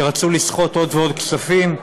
שרצו לסחוט עוד ועוד כספים,